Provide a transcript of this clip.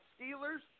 Steelers